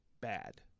bad